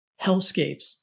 hellscapes